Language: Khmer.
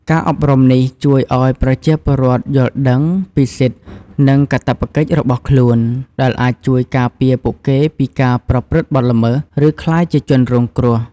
ការអប់រំនេះជួយឱ្យប្រជាពលរដ្ឋយល់ដឹងពីសិទ្ធិ និងកាតព្វកិច្ចរបស់ខ្លួន ដែលអាចជួយការពារពួកគេពីការប្រព្រឹត្តបទល្មើស ឬក្លាយជាជនរងគ្រោះ។